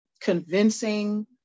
convincing